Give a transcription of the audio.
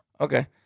Okay